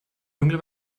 dunkle